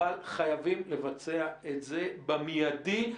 אבל חייבים לבצע את זה במיידי.